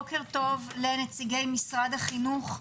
בוקר טוב לנציגי משרד החינוך,